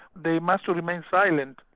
they must remain silent.